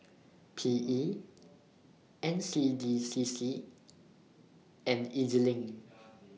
P E N C D C C and Ez LINK